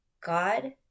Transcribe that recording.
God